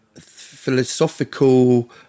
philosophical